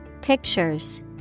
Pictures